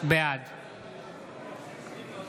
בעד